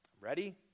Ready